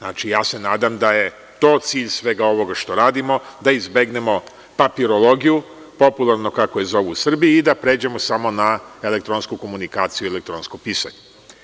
Nadam se da je to cilj svega ovoga što radimo, da izbegnemo papirologiju, popularno kako je zovu u Srbiji i da pređemo samo na elektronsku komunikaciju i elektronsko pisanje.